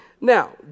Now